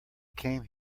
came